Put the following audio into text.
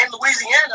louisiana